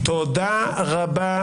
תודה רבה.